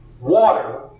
Water